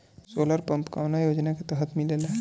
Solar pump कौने योजना के तहत मिलेला?